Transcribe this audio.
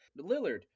Lillard